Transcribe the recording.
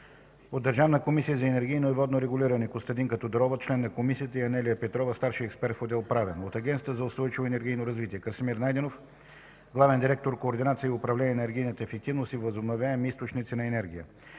от Държавна комисия за енергийно и водно регулиране – Костадинка Тодорова – член на комисията и Анелия Петрова – старши експерт в отдел „Правен”; от Агенция за устойчиво енергийно развитие – Красимир Найденов – главен директор „Координация и управление на енергийната ефективност и възобновяеми източници на енергия”;